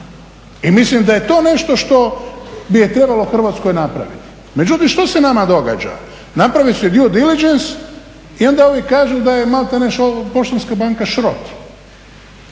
I mislim da je to nešto što je trebalo u Hrvatskoj napraviti. Međutim, što se nama događa? Naprave se new …/Govornik se ne razumije./… i onda ovi kažu da je maltene Poštanska banka šrot.